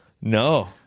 No